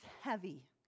heavy